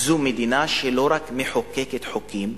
זו מדינה שלא רק מחוקקת חוקים,